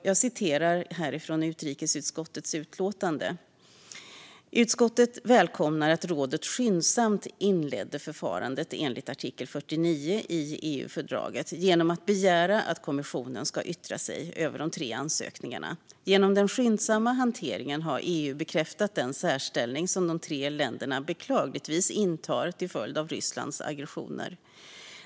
Jag citerar från utrikesutskottets utlåtande: "Utskottet välkomnar att rådet skyndsamt inledde förfarandet enligt artikel 49 i EU-fördraget genom att begära att kommissionen ska yttra sig över de tre ansökningarna. Genom den skyndsamma hanteringen har EU bekräftat den särställning som de tre länderna beklagligtvis intar till följd av Rysslands aggressioner.